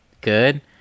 good